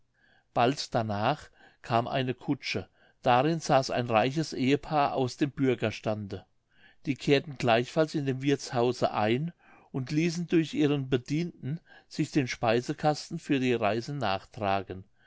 bald darnach kam eine kutsche darin saß ein reiches ehepaar aus dem bürgerstande die kehrten gleichfalls in dem wirthshause ein und ließen durch ihren bedienten sich den speisekasten für die reise nachtragen